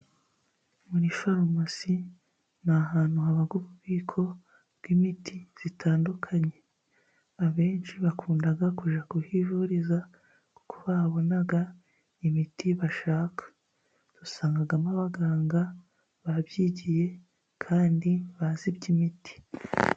Muri farumasi ni ahantu haba ububiko bw'imiti itandukanye. Abenshi bakunda kujya kuhivuriza kuko bahabona imiti bashaka . Dusangamo abaganga babyigiye kandi bazi iby'imiti.